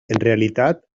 realitat